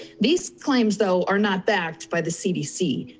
these claims though are not backed by the cdc.